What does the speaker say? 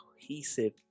cohesive